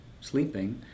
sleeping